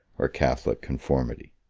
or catholic conformity.